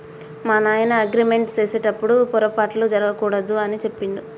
మా నాయన అగ్రిమెంట్ సేసెటప్పుడు పోరపాట్లు జరగకూడదు అని సెప్పిండు